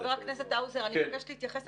אני מבקשת להתייחס.